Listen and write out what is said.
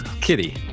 Kitty